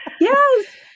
Yes